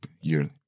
yearly